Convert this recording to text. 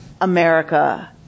America